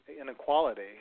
inequality